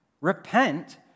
Repent